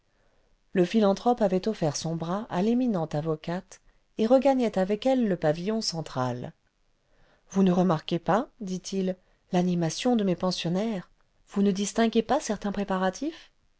le philanthrope avait offert son ras à l'éminente avocate et regagnait avec elle le pavillon central ce vous ne remarquez pas dit-il l'animation de mes pensionnaires vous ne distinguez pas certains préparatifs